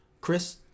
Chris